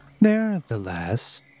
Nevertheless